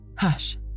Hush